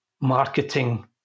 marketing